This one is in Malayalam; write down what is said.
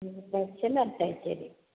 കുറച്ച് അത്രക്ക് ത്